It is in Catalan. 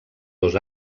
dos